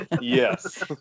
Yes